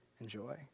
enjoy